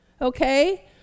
Okay